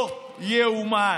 לא ייאמן.